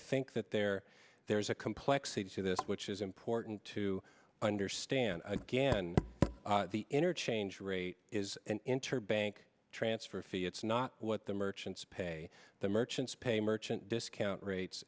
think that there there's a complexity to this which is important to understand again the interchange rate is interbank transfer fee it's not what the merchants pay the merchants pay merchant discount rates